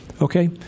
Okay